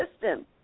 system